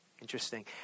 Interesting